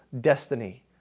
destiny